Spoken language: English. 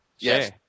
Yes